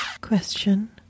Question